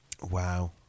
Wow